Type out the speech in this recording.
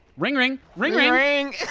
ring. ring ring. ring ring.